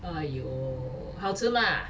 !aiyo! 好吃 mah